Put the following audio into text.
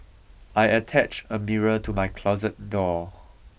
I attach a mirror to my closet door